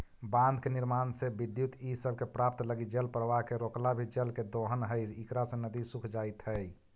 बाँध के निर्माण से विद्युत इ सब के प्राप्त लगी जलप्रवाह के रोकला भी जल के दोहन हई इकरा से नदि सूख जाइत हई